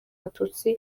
abatutsi